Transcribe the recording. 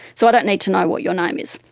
so i don't need to know what your name is.